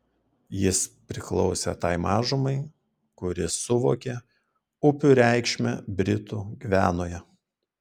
jis priklausė tai mažumai kuri suvokė upių reikšmę britų gvianoje